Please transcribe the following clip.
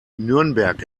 nürnberg